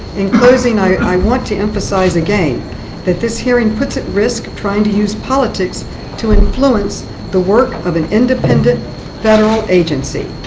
in closing, i want to emphasize again that this hearing puts at risk trying to use politics to influence the work of an independent federal agency.